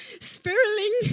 spiraling